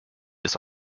des